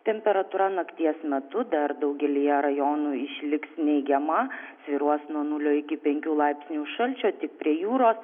temperatūra nakties metu dar daugelyje rajonų išliks neigiama svyruos nuo nulio iki penkių laipsnių šalčio tik prie jūros